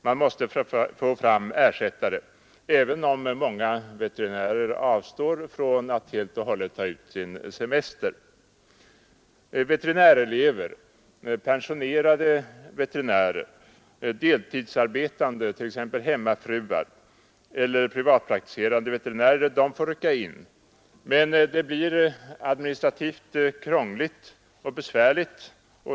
Man måste få fram ersättare, även om många veterinärer avstår från att helt eller delvis ta ut sin semester. Veterinärelever, pensionerade veterinärer, deltidsarbetande, t.ex. hemmafruar, och privatpraktiserande veterinärer får rycka in, men det blir administrativt krångligt och besvärligt.